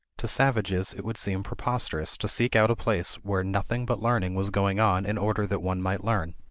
to savages it would seem preposterous to seek out a place where nothing but learning was going on in order that one might learn.